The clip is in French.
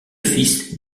fils